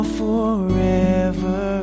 forever